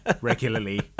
regularly